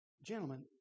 Gentlemen